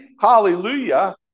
Hallelujah